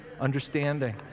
understanding